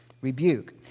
rebuke